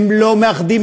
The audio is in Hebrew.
הם לא מאחדים,